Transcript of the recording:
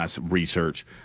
research